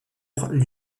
lui